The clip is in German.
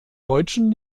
deutschen